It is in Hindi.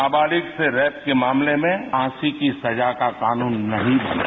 नाबालिग से रेप के मामले में फांसी की सजा का कानून नहीं बनता